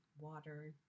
water